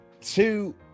two